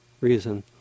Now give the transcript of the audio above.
reason